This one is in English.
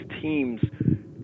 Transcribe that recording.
teams